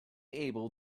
able